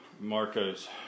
Marcos